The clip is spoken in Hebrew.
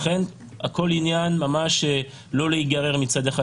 לכן צריך לא להיגרר מצד אחד,